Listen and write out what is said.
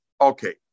Okay